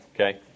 okay